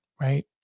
right